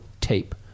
Tape